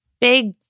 big